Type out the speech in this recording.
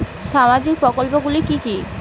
সামাজিক প্রকল্প গুলি কি কি?